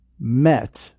met